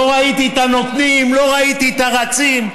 לא ראיתי את הנותנים, לא ראיתי את הרצים.